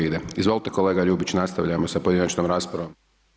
Izvolite kolega Ljubić, nastavljamo sa pojedinačnom raspravom.